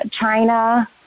China